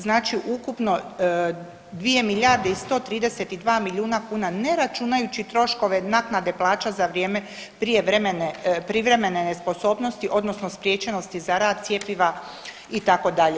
Znači ukupno 2 milijarde i 132 milijuna kuna ne računajući troškove naknade plaća za vrijeme privremene nesposobnosti odnosno spriječenosti za rad cjepiva itd.